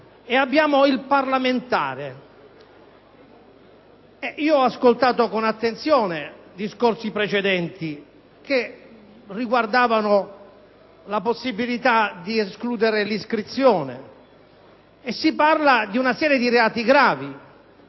e il parlamentare. Ho ascoltato con attenzione i discorsi precedenti che riguardavano la possibilità di escludere l'iscrizione. E si parla di una serie di reati